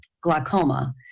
glaucoma